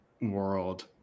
world